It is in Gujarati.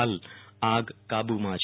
હાલ આગ કાબુમાં છે